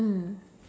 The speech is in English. mm